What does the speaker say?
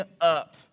up